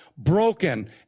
broken